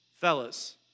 Fellas